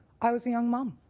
i was a young mom.